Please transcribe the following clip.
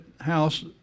house